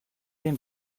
den